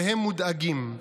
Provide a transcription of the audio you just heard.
והם מודאגים.